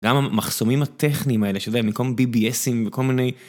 גם המחסומים הטכניים האלה שווה מקום BBSים וכל מיני.